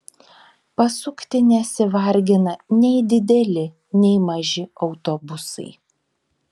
pasukti nesivargina nei dideli nei maži autobusai